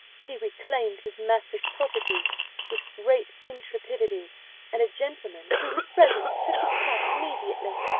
he reclaimed his master's property with great intrepidity and a gentleman who was present took his part immediately.